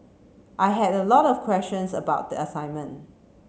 I had a lot of questions about the assignment